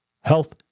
health